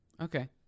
Okay